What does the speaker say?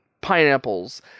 pineapples